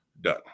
done